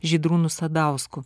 žydrūnu sadausku